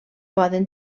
poden